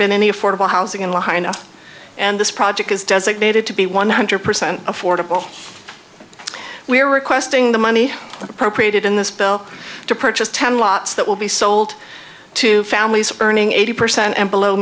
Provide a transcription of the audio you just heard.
been any affordable housing in la enough and this project is designated to be one hundred percent affordable we're requesting the money appropriated in this bill to purchase ten lots that will be sold to families earning eighty percent and below